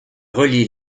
relie